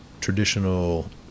traditional